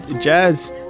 Jazz